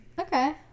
Okay